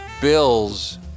bills